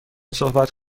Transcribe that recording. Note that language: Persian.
صحبت